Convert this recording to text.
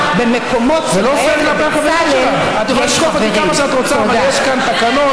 ולא רק במקומות שבהם לבצלאל יש חברים.